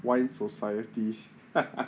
wine society